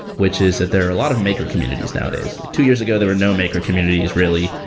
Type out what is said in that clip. which is that there a lot of maker communities nowadays. two years ago, there were no maker communities really.